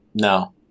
No